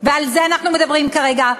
ועל זה אנחנו מדברים כרגע.